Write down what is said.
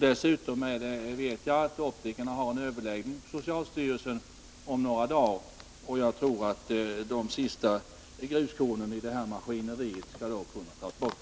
Dessutom vet jag att optikerna har en överläggning på socialstyrelsen om några dagar, och jag tror att de sista gruskornen i detta maskineri då kommer att kunna tas bort.